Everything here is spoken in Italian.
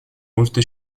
molte